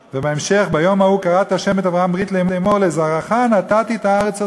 ובהמשך: "ביום ההוא כרת ה' את אברם ברית לאמר לזרעך נתתי את הארץ הזאת".